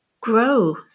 grow